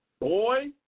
Boy